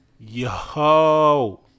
yo